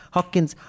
Hawkins